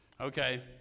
Okay